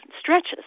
stretches